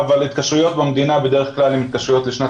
ההתקשרויות במדינה הן בדרך כלל התקשרויות לשנת